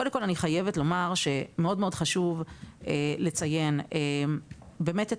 קודם כל אני חייבת לומר שמאוד מאוד חשוב לציין באמת את